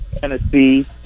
Tennessee